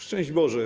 Szczęść Boże!